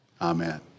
Amen